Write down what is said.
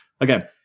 again